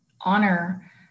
honor